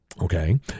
Okay